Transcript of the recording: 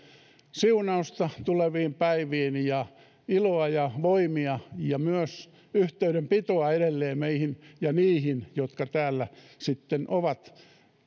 siunausta tuleviin päiviin ja iloa ja voimia ja myös yhteydenpitoa edelleen meihin ja niihin jotka täällä sitten ovat